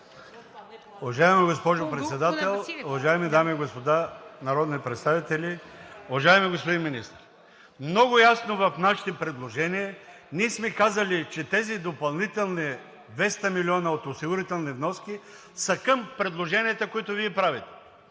Уважаема госпожо Председател, уважаеми дами и господа народни представители! Уважаеми господин Министър, много ясно в нашите предложения сме казали, че тези допълнителни 200 милиона от осигурителни вноски са към предложенията, които Вие правите